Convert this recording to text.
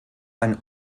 ein